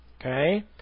Okay